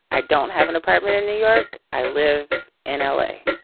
i don't have an apartment in new york. i live in l a.